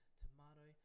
tomato